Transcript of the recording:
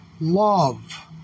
love